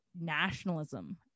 nationalism